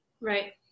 Right